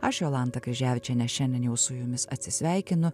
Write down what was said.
aš jolanta kryževičienė šiandien jau su jumis atsisveikinu